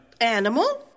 Animal